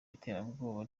iterabwoba